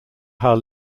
how